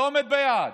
לא עומד ביעד.